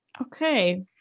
Okay